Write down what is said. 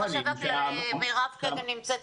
מירב כן פה.